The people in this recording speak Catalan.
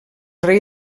rei